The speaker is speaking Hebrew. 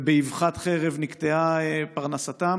ובאבחת חרב נקטעה פרנסתם.